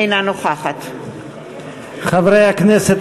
אינה נוכחת חברי הכנסת,